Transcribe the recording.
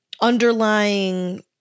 underlying